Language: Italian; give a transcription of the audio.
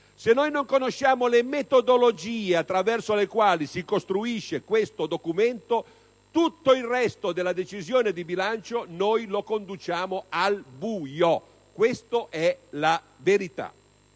Se noi non conosciamo le metodologie attraverso le quali si costruisce questo documento tutto il resto della decisione di bilancio lo conduciamo al buio. Questa è la verità.